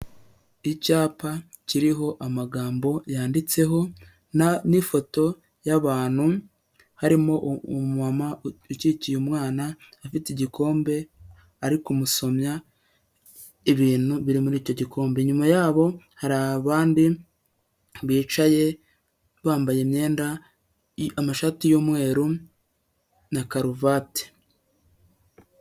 Icyapa kiriho amagambo yanditseho, n'ifoto y'abantu, harimo umumama ukikiye umwana, afite igikombe, ari kumusomya ibintu biri muri icyo gikombe, inyuma y'abo hari abandi bicaye, bambaye imyenda, amashati y'umweru na karovati.